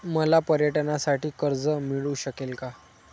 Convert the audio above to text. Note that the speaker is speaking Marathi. मला पर्यटनासाठी कर्ज मिळू शकेल का?